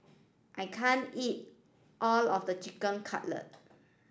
I can't eat all of the Chicken Cutlet